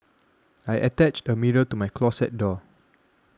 I attached a mirror to my closet door